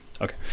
okay